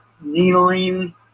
kneeling